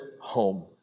home